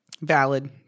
Valid